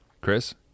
Chris